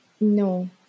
no